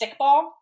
stickball